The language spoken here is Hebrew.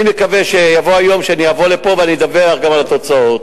אני מקווה שיבוא היום שאני אבוא לפה ואני אדווח גם על התוצאות.